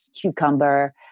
cucumber